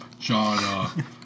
John